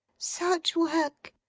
such work,